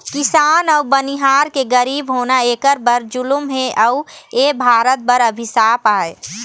किसान अउ बनिहार के गरीब होना एखर बर जुलुम हे अउ एह भारत बर अभिसाप आय